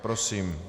Prosím.